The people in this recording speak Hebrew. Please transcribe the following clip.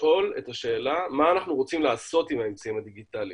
לשאול את השאלה מה אנחנו רוצים לעשות עם האמצעים הדיגיטליים.